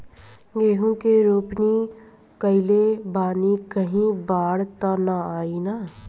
गेहूं के रोपनी कईले बानी कहीं बाढ़ त ना आई ना?